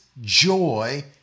joy